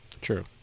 true